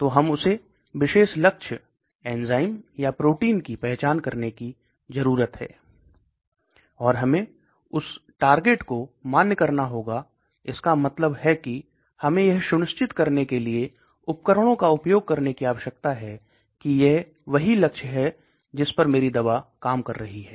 तो हमें उस विशेष लक्ष्य एंजाइम या प्रोटीन की पहचान करने की जरूरत है और हमें उस लक्ष्य को मान्य करना होगा इसका मतलब है कि हमें यह सुनिश्चित करने के लिए उपकरणों का उपयोग करने की आवश्यकता है कि यह वही लक्ष्य है जिस पर मेरी दवा काम कर रही है